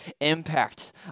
impact